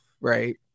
right